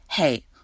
Hey